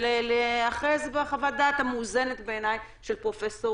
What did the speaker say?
ולהיאחז בחוות הדעת המאוזנת בעיני של פרופ'